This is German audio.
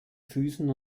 füßen